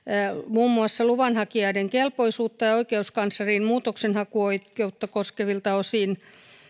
muun muassa luvan hakijoiden kelpoisuutta ja oikeuskanslerin muutoksenhakuoikeutta koskevilta osin